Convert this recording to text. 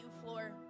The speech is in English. floor